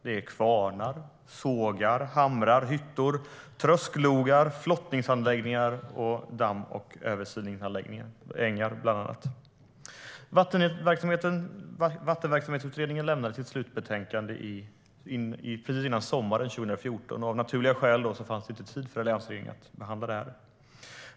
Det är kvarnar, sågar, hamrar, hyttor, trösklogar, flottningsanläggningar, dammar och översilningsängar. Vattenverksamhetsutredningen lämnade sitt slutbetänkande precis före sommaren 2014. Av naturliga skäl fanns det inte tid för alliansregeringen att behandla det.